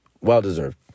Well-deserved